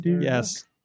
yes